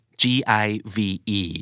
give